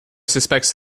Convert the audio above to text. suspects